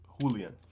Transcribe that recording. Julian